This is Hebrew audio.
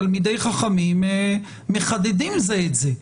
תלמידי חכמים מחדדים זה את זה.